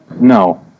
No